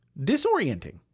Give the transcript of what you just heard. disorienting